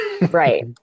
Right